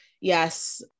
yes